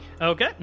Okay